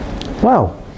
Wow